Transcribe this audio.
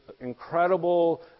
incredible